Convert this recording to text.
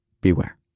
beware